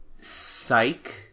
psych